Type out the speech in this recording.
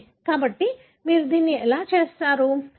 కాబట్టి మీరు దీన్ని ఎలా చేస్తారు